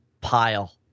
pile